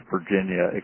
Virginia